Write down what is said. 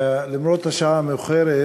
למרות השעה המאוחרת,